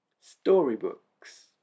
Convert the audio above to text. Storybooks